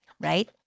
right